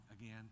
again